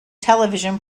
television